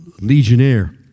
legionnaire